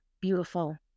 beautiful